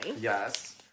Yes